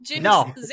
No